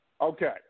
Okay